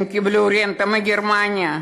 הם קיבלו רנטה מגרמניה.